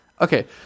Okay